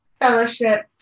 fellowships